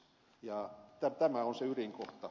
tämä on se ydinkohta